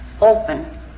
open